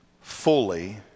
fully